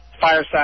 fireside